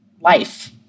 life